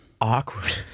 awkward